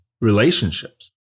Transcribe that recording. relationships